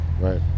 Right